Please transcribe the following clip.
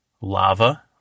lava